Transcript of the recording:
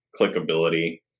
clickability